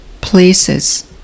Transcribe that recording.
places